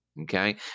Okay